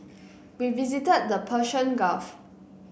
we visited the Persian Gulf